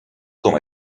com